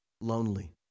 lonely